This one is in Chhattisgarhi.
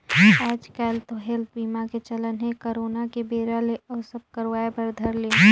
आएज काएल तो हेल्थ बीमा के चलन हे करोना के बेरा ले अउ सब करवाय बर धर लिन